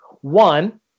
One